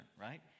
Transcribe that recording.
right